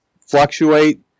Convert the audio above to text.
fluctuate